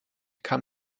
kann